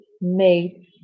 made